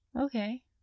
Okay